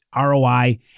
ROI